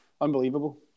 unbelievable